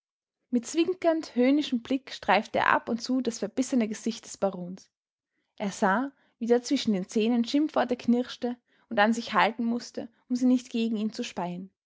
mit zwinkernd höhnischem blick streifte er ab und zu das verbissene gesicht des barons er sah wie der zwischen den zähnen schimpfworte knirschte und an sich halten mußte um sie nicht gegen ihn zu speien